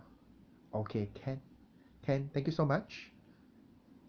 okay can can thank you so much